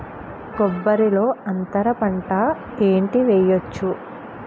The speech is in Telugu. కొబ్బరి లో అంతరపంట ఏంటి వెయ్యొచ్చు?